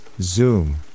Zoom